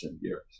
years